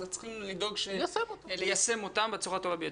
אז צריכים לדאוג ליישם אותן בצורה הטובה ביותר.